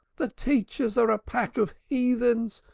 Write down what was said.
the teachers are a pack of heathens,